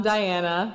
Diana